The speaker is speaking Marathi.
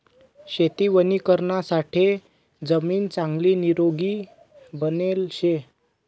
शेती वणीकरणासाठे जमीन चांगली निरोगी बनेल शे